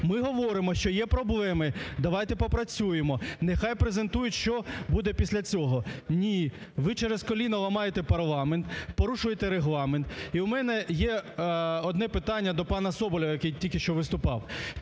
Ми говоримо, що є проблеми, давайте попрацюємо. Нехай презентують, що буде після цього. Ні, ви через коліно ламаєте парламент, порушуєте Регламент. І в мене є одне питання до пана Соболєва, який тільки що виступав.